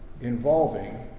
involving